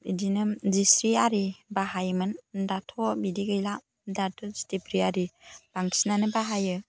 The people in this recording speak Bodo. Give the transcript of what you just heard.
बिदिनो जिस्रि आरि बाहायोमोन दाथ' बिदि गैला दाथ' स्टेफ्रि आरि बांसिनानो बाहायो